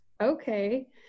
Okay